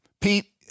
Pete